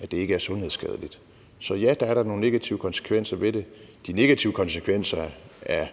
at det ikke er sundhedsskadeligt. Så ja, der er da nogle konsekvenser ved det. De negative konsekvenser er